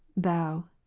thou,